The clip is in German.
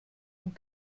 und